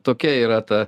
tokia yra ta